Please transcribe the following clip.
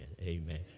Amen